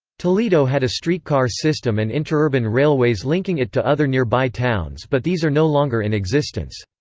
toledo had a streetcar system and interurban railways linking it to other nearby towns but these are no longer in existence.